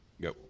go